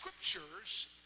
scriptures